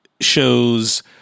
shows